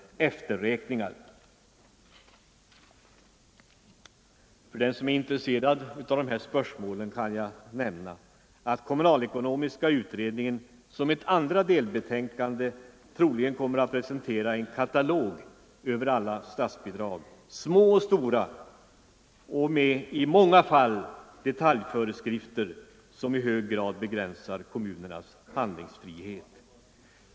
kåR | SKANE 6 november 1974 För den som är intresserad av dessa spörsmål kan jag nämna attkom= I munalekonomiska utredningen som ett andra delbetänkande troligen = Allmänpolitisk kommer att presentera en katalog över alla statsbidrag, små och stora, debatt i många fall med detaljföreskrifter som i hög grad begränsar kommu nernas handlingsfrihet.